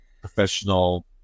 professional